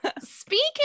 speaking